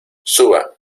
suba